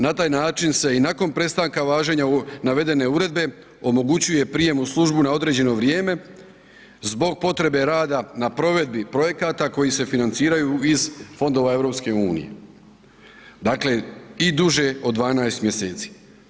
Na taj način se i nakon prestanka važenja navedene uredbe omogućuje prijem u službu na određeno vrijeme zbog potrebe rada na provedbi projekata koji se financiraju iz fondova EU, dakle i duže od 12 mjeseci.